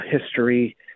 history